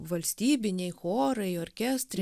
valstybiniai chorai orkestrai